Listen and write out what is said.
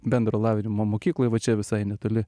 bendro lavinimo mokykloj va čia visai netoli